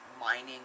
mining